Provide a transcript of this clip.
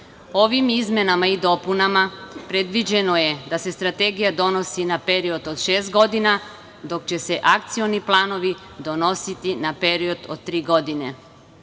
Ovim izmenama i dopunama, predviđeno je da se strategija donosi na period od 6 godina dok će se akcioni planovi donositi na period od 3 godine. Ovim